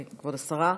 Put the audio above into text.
כבוד השרה.